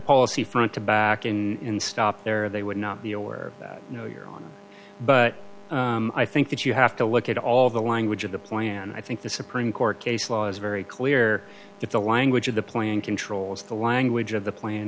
policy front to back in stop there or they would not be aware that you know you're on but i think that you have to look at all the language of the plan i think the supreme court case law is very clear if the language of the plan controls the language of the plan